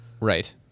Right